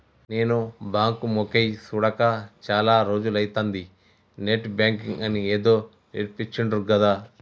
నేను బాంకు మొకేయ్ సూడక చాల రోజులైతంది, నెట్ బాంకింగ్ అని ఏదో నేర్పించిండ్రు గదా